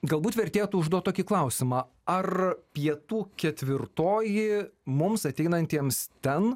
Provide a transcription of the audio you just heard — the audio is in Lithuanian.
galbūt vertėtų užduot tokį klausimą ar pietų ketvirtoji mums ateinantiems ten